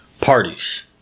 parties